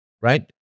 right